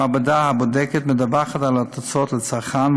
המעבדה הבודקת מדווחת על התוצאות לצרכן,